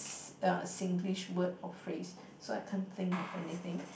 uh Singlish word or phrase so I can't think of anything